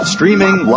Streaming